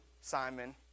Simon